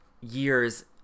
years